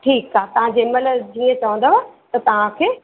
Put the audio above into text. ठीक आ तां जेमल्ह जीअं चहोंदव त तांखे